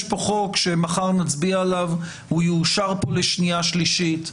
יש כאן חוק שמחר נצביע עליו והוא יאושר כאן לקריאה שנייה ושלישית.